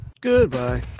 Goodbye